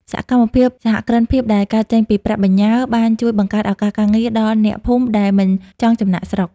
សកម្មភាពសហគ្រិនភាពដែលកើតចេញពីប្រាក់បញ្ញើ បានជួយបង្កើតឱកាសការងារដល់អ្នកភូមិដែលមិនចង់ចំណាកស្រុក។